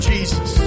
Jesus